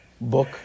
book